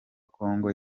congo